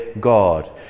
God